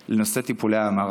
לנושא טיפולי ההמרה.